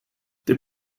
they